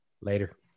Later